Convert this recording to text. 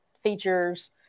features